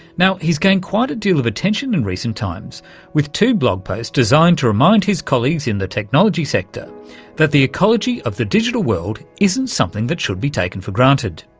he's gained quite a deal of attention in recent times with two blog posts designed to remind his colleagues in the technology sector that the ecology of the digital world isn't something that should be taken for granted.